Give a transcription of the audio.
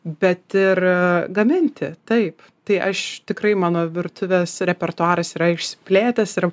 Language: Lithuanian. bet ir gaminti taip tai aš tikrai mano virtuvės repertuaras yra išsiplėtęs ir